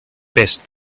best